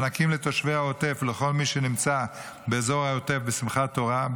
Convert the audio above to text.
מענקים לתושבי העוטף לכל מי שנמצא באזור העוטף בשמחת תורה,